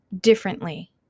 differently